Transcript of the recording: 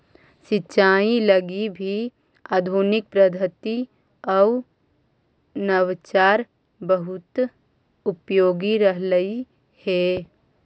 सिंचाई लगी भी आधुनिक पद्धति आउ नवाचार बहुत उपयोगी रहलई हे